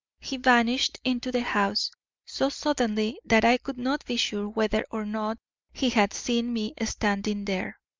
he vanished into the house so suddenly that i could not be sure whether or not he had seen me standing there.